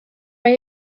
mae